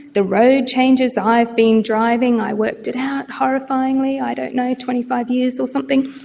the road changes, i've been driving, i worked it out, horrifyingly, i don't know, twenty five years or something,